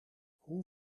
hoe